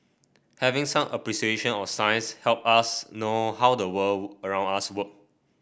having some appreciation of science help us know how the world around us work